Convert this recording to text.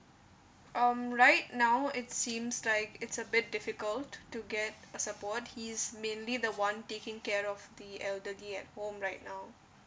um right now it seems like it's a bit difficult to to get a support he's mainly the [one] taking care of the elderly at home right now